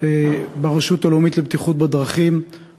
בתקציב הרשות הלאומית לבטיחות בדרכים.